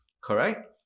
correct